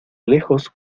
lejos